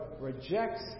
rejects